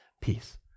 peace